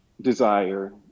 desire